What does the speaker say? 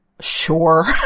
sure